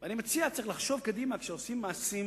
ואני מציע לחשוב קדימה כשעושים מעשים,